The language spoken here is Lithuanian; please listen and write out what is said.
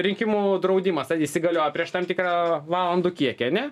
rinkimų draudimas įsigaliojo prieš tam tikrą valandų kiekį ane